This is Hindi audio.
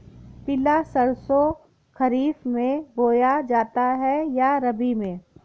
पिला सरसो खरीफ में बोया जाता है या रबी में?